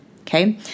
Okay